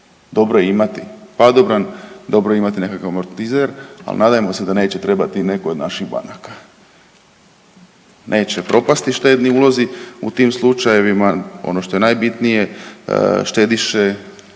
Dobro je imati padobran, dobro je imati nekakav amortizer, ali nadajmo se da neće trebati nekoj od naših banaka. Neće propasti štedni ulozi u tim slučajevima, ono što je najbitnije, štediše,